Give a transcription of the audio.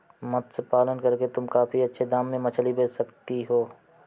मत्स्य पालन करके तुम काफी अच्छे दाम में मछली बेच सकती हो